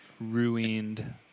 Ruined